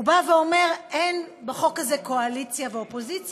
הוא אומר: אין בחוק הזה קואליציה ואופוזיציה,